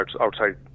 outside